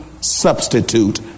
substitute